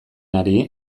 ari